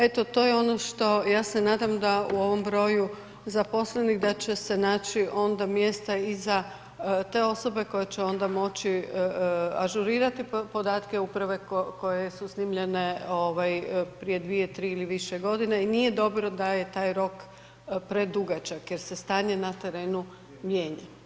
Eto to je ono što ja se nadam da u ovom broju zaposlenih da će se naći onda mjesta i za te osobe koje će onda moći ažurirati podatke uprave koje su snimljene prije 2, 3 ili više godine i nije dobro da je taj rok predugačak jer se stanje na terenu mijenja.